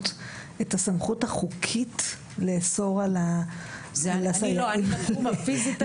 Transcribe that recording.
את הסמכות החוקית לאסור --- אני בתחום הפיזי.